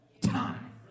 time